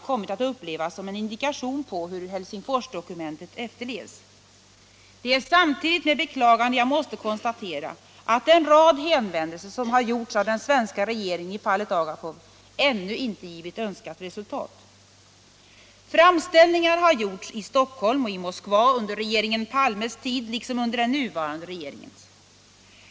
:ommit att upplevas som en indikation på hur Helsingforsdokumentet efterlevs. Det är samtidigt med beklagande jag måste konstatera, att den rad hänvändelser som har gjorts av den svenska regeringen i fallet Agapov ännu icke givit önskat resultat. Framställningar har gjorts i Stockholm och i Moskva under regeringen Palmes tid liksom under den nuvarande regeringens.